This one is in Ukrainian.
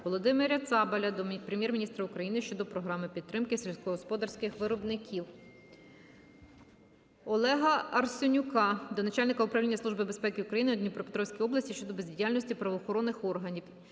Володимира Цабаля до Прем'єр-міністра України щодо програми підтримки сільськогосподарських виробників. Олега Арсенюка до Начальника Управління Служби безпеки України у Дніпропетровській області щодо бездіяльності правоохоронних органів.